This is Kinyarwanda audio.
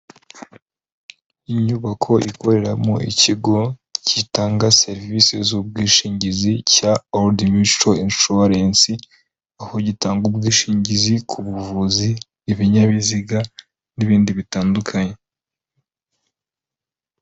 Inyubako ikoreramo ikigo gitanga serivisi z'ubwishingizi cya OLD Mutual insurence, aho gitanga ubwishingizi ku buvuzi, ibinyabiziga n'ibindi bitandukanye.